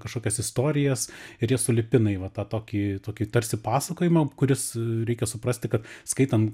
kažkokias istorijas ir jas sulipina į va tą tokį tokį tarsi pasakojimą kuris reikia suprasti kad skaitant